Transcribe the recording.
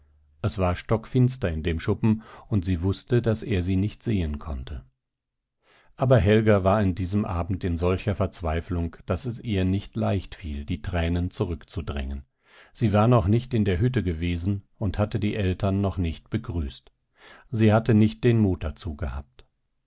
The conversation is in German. es war stockfinster in dem schuppen und sie wußte daß er sie nicht sehen konnte aber helga war an diesem abend in solcher verzweiflung daß es ihr nicht leicht fiel die tränen zurückzudrängen sie war noch nicht in der hütte gewesen und hatte die eltern noch nicht begrüßt sie hatte nicht den mut dazu gehabt